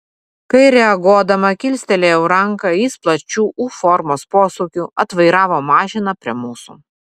kai reaguodama kilstelėjau ranką jis plačiu u formos posūkiu atvairavo mašiną prie mūsų